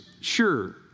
Sure